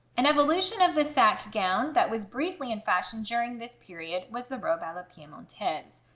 an evolution of the sack gown that was briefly in fashion during this period was the robe a la piemontaise.